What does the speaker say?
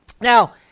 Now